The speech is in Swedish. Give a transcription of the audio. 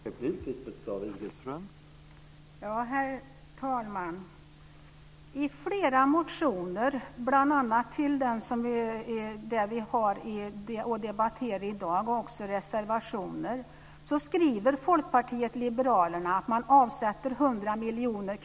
Eller inser ni socialdemokrater inte det?